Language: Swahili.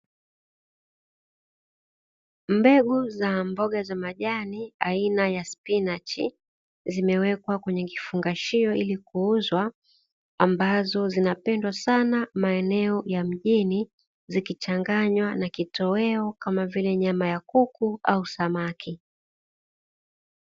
Mbegu za mboga za majani aina ya spinachi zimewekwa kwenye kifungashio ili kuuzwa, ambazo zinapendwa sana maeneo ya mjini, zikichanganywa na kitoweo kama vile nyama ya kuku au samaki.